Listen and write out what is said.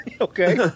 Okay